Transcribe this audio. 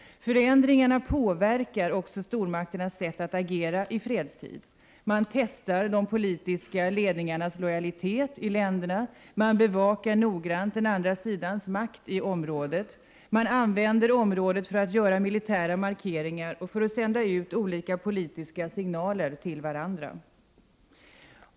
Förändringarna påverkar också stormakternas sätt att agera i fredstid: man testar de politiska ledningarnas lojalitet i länderna. Man bevakar noggrant den andra sidans makt i området. Man använder området för att göra militära markeringar och sända ut olika politiska signaler till varandra.